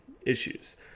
issues